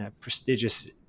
prestigious